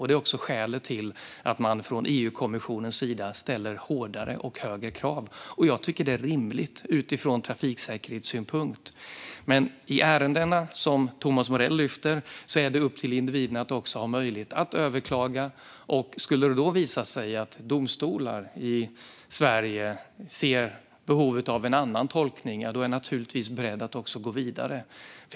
Det är skälet till att man från EU-kommissionens sida ställer hårdare och högre krav, och jag tycker att det är rimligt ur trafiksäkerhetssynpunkt. När det gäller de ärenden som Thomas Morell lyfter fram är det upp till individerna att överklaga. Skulle det visa sig att domstolar i Sverige ser behov av en annan tolkning är jag naturligtvis beredd att gå vidare.